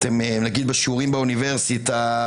בשיעורים באוניברסיטה,